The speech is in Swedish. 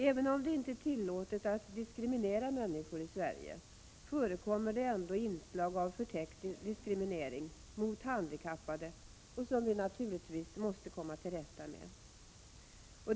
Även om det inte är tillåtet att diskriminera människor i Sverige, förekommer ändå inslag av förtäckt diskriminering mot handikappade, vilket vi naturligtvis måste komma till rätta med.